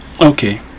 okay